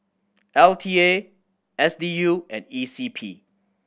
L T A S D U and E C P